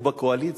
הוא בקואליציה.